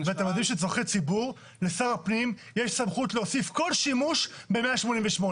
לצורכי ציבור לשר הפנים יש סמכות להוסיף כל שימוש ב-188.